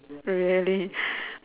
really